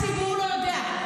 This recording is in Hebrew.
איך הציבור לא יודע?